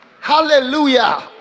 Hallelujah